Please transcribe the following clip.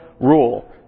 rule